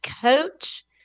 coach